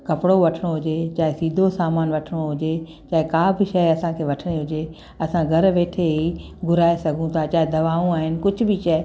कपिड़ो वठिणो हुजे चाहे सीधो सामान वठिणो हुजे चाहे का बि शइ असांखे वठिणी हुजे असां घरु वेठे ई घुराए सघूं था चाहे दवाऊं आहिनि कुझु बि शइ